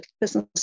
business